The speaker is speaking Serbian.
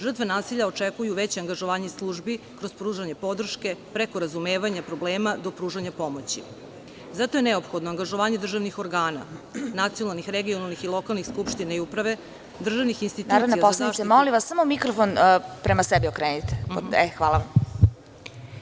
Žrtve nasilja očekuju veće angažovanje službi kroz pružanje podrške, preko razumevanja problema, do pružanja pomoći, zato je neophodno angažovanje državnih organa, nacionalnih, regionalnih i lokalnih skupština i uprave, državnih institucija… (Predsedavajuća: Narodna poslanice, samo mikrofon prema sebi okrenite.